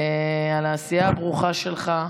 על העשייה הברוכה שלך.